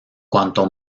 cuanto